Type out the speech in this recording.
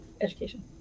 education